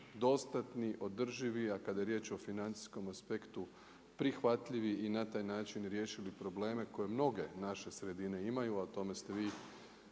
dostatni, održivi, a kada je riječ o financijskom aspektu prihvatljivi i na taj način riješili probleme koje mnoge naše sredine imaju, a o tome ste vi